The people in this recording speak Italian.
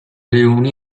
leoni